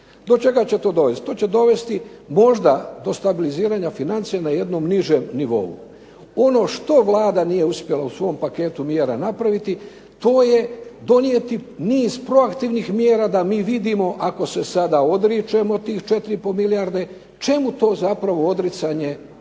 Do čega će to dovesti? To će dovesti možda do stabiliziranja financija na jednom nižem nivou. Ono što Vlada nije uspjela u svom paketu mjera napraviti, donijeti niz proaktivnih mjera da mi vidimo ako se sada odričemo tih 4,5 milijarde čemu to zapravo odricanje, čemu to